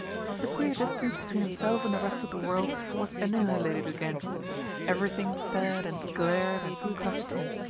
the queer distance between himself and the rest of the world was annihilated again everything stared and glared and clutched him.